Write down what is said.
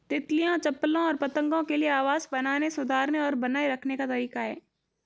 तितलियों, चप्पलों और पतंगों के लिए आवास बनाने, सुधारने और बनाए रखने का तरीका है